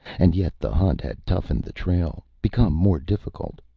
and yet the hunt had toughened, the trail become more difficult,